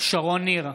שרון ניר,